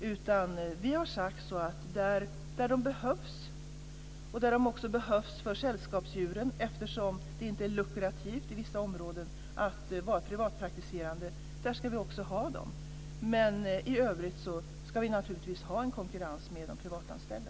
Vi har sagt att där de statligt anställda veterinärerna behövs och där de också behövs för sällskapsdjuren, eftersom det i vissa områden inte är lukrativt att vara privatpraktiserande, där ska vi också ha dem. Men i övrigt ska vi naturligtvis ha en konkurrens med de privatanställda.